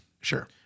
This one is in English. Sure